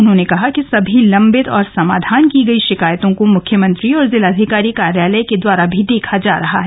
उन्होंने कहा कि सभी लंबित और समाधान की गई शिकायतों को मुख्यमंत्री और जिलाधिकारी कार्यालय के द्वारा भी देखा जा रहा है